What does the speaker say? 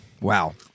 Wow